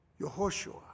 Yehoshua